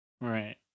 Right